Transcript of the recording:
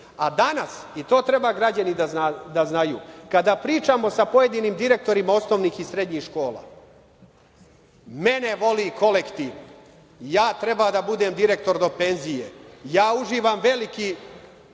A danas, i to treba građani da znaju, kada pričamo sa pojedinim direktorima osnovih i srednjih škola – mene voli kolektiv, ja treba da budem direktor do penzije, ja uživam veliki